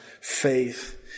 faith